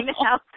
now